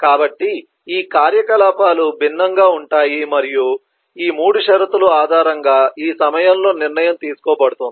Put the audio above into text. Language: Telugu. కాబట్టి ఈ కార్యకలాపాలు భిన్నంగా ఉంటాయి మరియు ఈ 3 షరతుల ఆధారంగా ఈ సమయంలో నిర్ణయం తీసుకోబడుతుంది